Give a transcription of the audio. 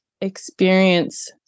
experience